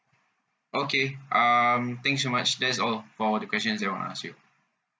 okay um thanks so much that's all for the questions that I want to ask you